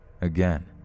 again